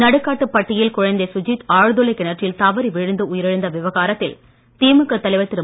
நடுக்காட்டுப்பட்டி யில் குழந்தை சுஜித் ஆழ்துளைக் கிணற்றில் தவறி விழுந்து உயிரிழந்த விவகாரத்தில் திமுக தலைவர் திரு